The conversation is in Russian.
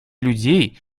людей